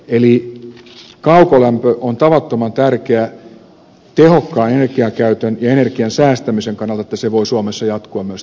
eli kaukolämpö on tavattoman tärkeä tehokkaan energian käytön ja energian säästämisen kannalta että se voi suomessa jatkua myös tämän jälkeen